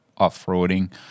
off-roading